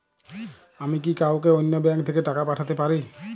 আমি কি কাউকে অন্য ব্যাংক থেকে টাকা পাঠাতে পারি?